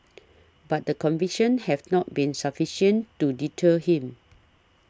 but the convictions have not been sufficient to deter him